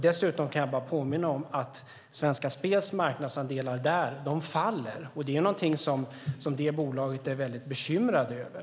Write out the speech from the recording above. Dessutom kan jag påminna om att Svenska Spels marknadsandelar faller, vilket de är väldigt bekymrade över.